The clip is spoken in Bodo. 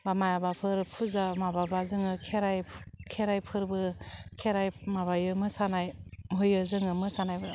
माबा माबाफोर फुजा माबा जोङो खेराइ खेराइ फोरबो खेराइ माबायो मोसानाय होयो जोङो मोसानायबो